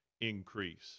increase